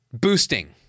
boosting